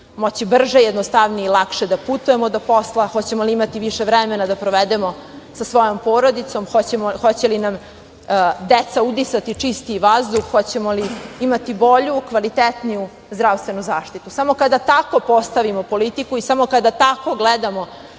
moći brže i jednostavnije i lakše da putujemo do posla, hoćemo li imati više vremena da provedemo sa svojom porodicom, hoće li nam deca udisati čistiji vazduh, hoćemo li imati bolju, kvalitetniju zdravstvenu zaštitu. Samo kada tako postavimo politiku i samo kada tako gledamo